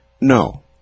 No